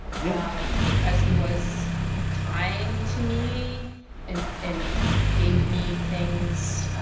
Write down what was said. yeah. um because he was kind to me and and gave me things,